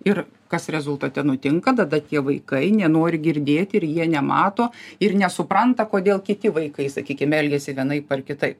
ir kas rezultate nutinka tada tie vaikai nenori girdėt ir jie nemato ir nesupranta kodėl kiti vaikai sakykim elgiasi vienaip ar kitai